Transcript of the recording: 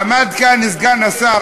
עמד כאן סגן השר